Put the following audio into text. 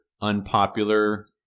unpopular